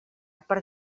per